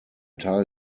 teil